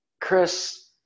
Chris